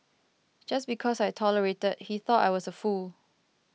just because I tolerated he thought I was a fool